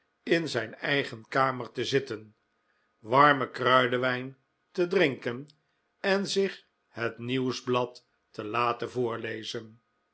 in zijn eigen kamer te zitten warmen kruidenwijn te drinken en zich het nieuwsblad te laten voorlezen